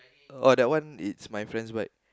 oh that one is my friend's bike